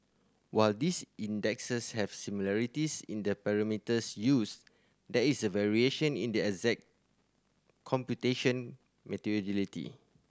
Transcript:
while these indexes have similarities in the parameters used there is variation in the exact computation methodology